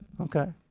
Okay